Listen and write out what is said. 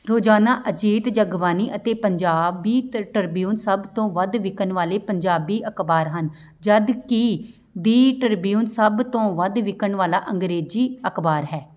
ਰੋਜ਼ਾਨਾ ਅਜੀਤ ਜਗਬਾਣੀ ਅਤੇ ਪੰਜਾਬੀ ਟ ਟ੍ਰਿਬਿਊਨ ਸਭ ਤੋਂ ਵੱਧ ਵਿਕਣ ਵਾਲੇ ਪੰਜਾਬੀ ਅਖਬਾਰ ਹਨ ਜਦਕਿ ਦੀ ਟ੍ਰਿਬਿਊਨ ਸਭ ਤੋਂ ਵੱਧ ਵਿਕਣ ਵਾਲਾ ਅੰਗਰੇਜ਼ੀ ਅਖਬਾਰ ਹੈ